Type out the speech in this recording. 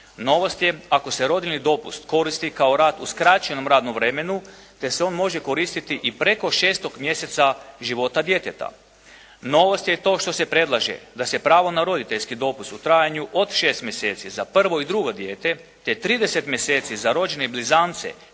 novost je ako se rodiljni dopust koristi kao rad u skraćenom radnom vremenu te se on može koristiti i preko 6. mjeseca života djeteta. Novost je i to što se predlaže da se pravo na roditeljski dopust u trajanju od 6 mjeseci za prvo i drugo dijete te 30 mjeseci za rođene blizance,